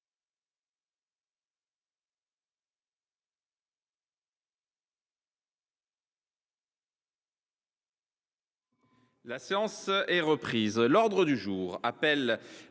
La séance est reprise. L’ordre du jour appelle